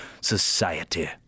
society